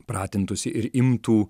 pratintųsi ir imtų